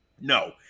no